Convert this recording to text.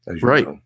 Right